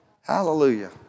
Hallelujah